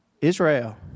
Israel